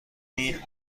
این